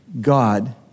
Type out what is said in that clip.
God